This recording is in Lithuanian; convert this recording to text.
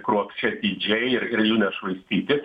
kruopščiai atidžiai ir nešvaistyti